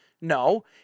No